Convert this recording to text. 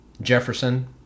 Jefferson